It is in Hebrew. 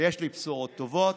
ויש לי בשורות טובות.